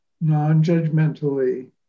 non-judgmentally